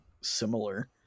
similar